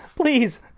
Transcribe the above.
please